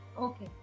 Okay